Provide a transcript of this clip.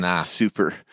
super